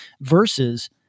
versus